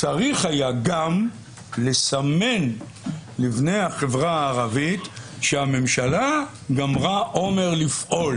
צריך היה גם לסמן לבני החברה הערבית שהממשלה גמרה אומר לפעול,